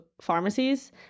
pharmacies